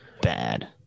Bad